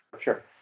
Sure